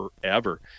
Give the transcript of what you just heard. forever